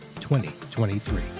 2023